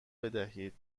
بدهید